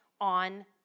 on